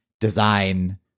design